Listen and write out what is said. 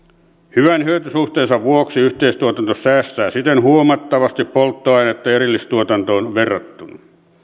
hyvän hyötysuhteensa vuoksi yhteistuotanto säästää siten huomattavasti polttoainetta erillistuotantoon verrattuna